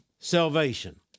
Salvation